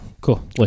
Cool